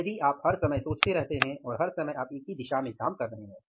तो यदि आप हर समय सोचते रहते हैं और हर समय आप एक ही दिशा में काम कर रहे हैं